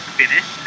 finish